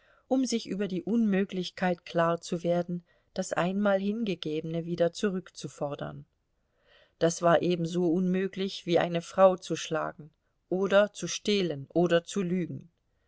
um sich über die unmöglichkeit klarzuwerden das einmal hingegebene wieder zurückzufordern das war ebenso unmöglich wie eine frau zu schlagen oder zu stehlen oder zu lügen